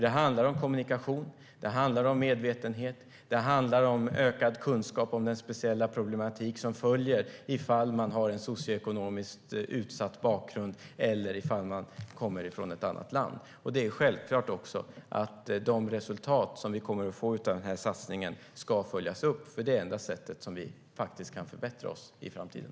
Det handlar om kommunikation, medvetenhet och ökad kunskap om den speciella problematik som följer för den som har en socioekonomiskt utsatt bakgrund eller kommer från ett annat land. Det är också självklart att de resultat vi kommer att få av satsningen ska följas upp, för det är det enda sättet vi faktiskt kan förbättra oss i framtiden.